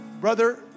brother